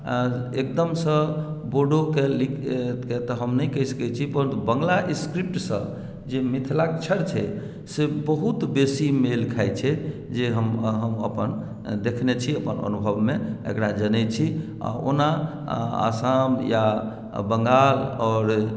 एकदमसँ बोडोके तऽ हम नहि कहि सकै छी पर बंगला स्क्रिप्ट सँ जे मिथिलाक्षर छै से बहुत बेसी मेल खाइ छै जे हम अपन देखने छी अपन अनुभवमे एकरा जनै छी आ ओना आसाम या बंगाल आओर